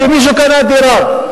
שמישהו קנה דירה.